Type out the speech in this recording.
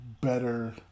better